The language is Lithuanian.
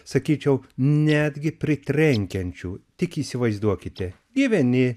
sakyčiau netgi pritrenkiančių tik įsivaizduokite gyveni